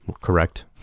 Correct